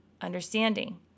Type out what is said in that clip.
understanding